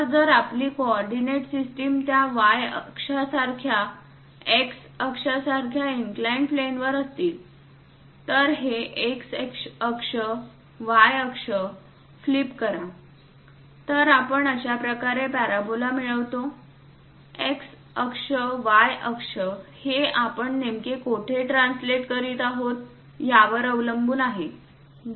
तर जर आपली कोऑर्डिनेट सिस्टीम त्या Y अक्षांसारख्या X अक्षासारख्या इनक्लाइंड प्लेनवर असेल तर हे X अक्ष Y अक्ष फ्लिप करा तर आपण अशाप्रकारे पॅराबोला मिळवतो X अक्ष Y अक्ष हे आपण नेमके कोठे ट्रान्सलेट करीत आहोत यावर अवलंबून आहे